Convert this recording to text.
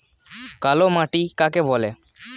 কালোমাটি কাকে বলে?